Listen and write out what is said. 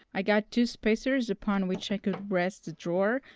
i got two spacers upon which i could rest the drawer,